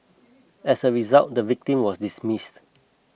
as a result the victim was dismissed